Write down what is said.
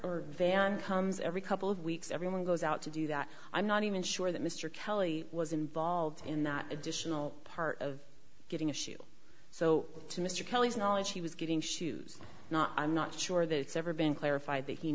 or van comes every couple of weeks everyone goes out to do that i'm not even sure that mr kelly was involved in that additional part of getting a shoe so to mr kelly's knowledge he was getting shoes not i'm not sure that it's ever been clarified that he